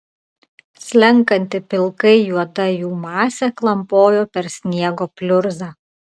slenkanti pilkai juoda jų masė klampojo per sniego pliurzą